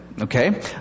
Okay